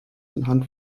anhand